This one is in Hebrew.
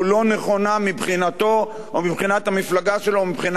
מבחינתו או מבחינת המפלגה שלו או מבחינת המדינה,